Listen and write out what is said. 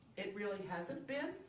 it really hasn't been.